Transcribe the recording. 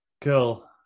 Cool